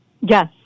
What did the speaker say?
Yes